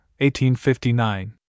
1859